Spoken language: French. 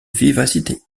vivacité